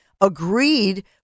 agreed